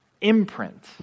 imprint